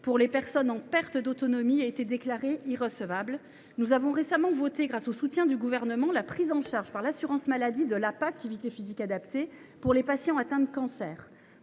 pour les personnes en perte d’autonomie ait été déclaré irrecevable. Nous avons récemment voté, grâce au soutien du Gouvernement, la prise en charge par l’assurance maladie de l’APA pour les patients atteints de cancer.